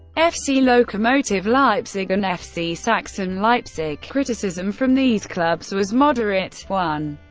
fc lokomotive leipzig and fc sachsen leipzig, criticism from these clubs was moderate. one.